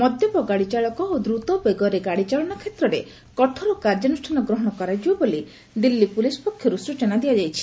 ମଦ୍ୟପ ଗାଡ଼ିଚାଳକ ଓ ଦ୍ରତବେଗରେ ଗାଡ଼ି ଚାଳନା କ୍ଷେତ୍ରରେ କଠୋର କାର୍ଯ୍ୟାନୁଷ୍ଠାନ ଗ୍ରହଣ କରାଯିବ ବୋଲି ଦିଲ୍ଲୀ ପୁଲିସ୍ ପକ୍ଷରୁ ସଚନା ଦିଆଯାଇଛି